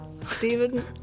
Stephen